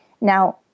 Now